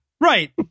right